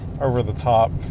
over-the-top